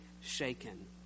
shaken